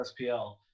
spl